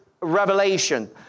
revelation